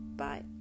bye